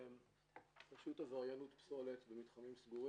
פשוט עבריינות פסולת במתחמים סגורים.